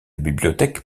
bibliothèque